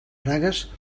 bragues